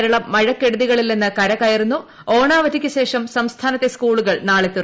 കേരളം മഴക്കെടുതികളിൽ നിന്ന് കരകയറുന്നു ഓണാവധിയ്ക്ക് ശേഷം സംസ്ഥാനത്തെ സ്കൂളുകൾ നാളെ തുറക്കും